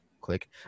click